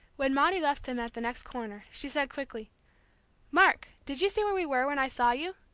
when maudie left them at the next corner, she said quickly mark, did you see where we were when i saw you?